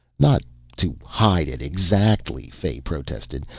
not to hide it, exactly, fay protested,